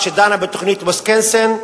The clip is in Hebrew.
כשדנה בתוכנית ויסקונסין,